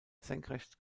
senkrecht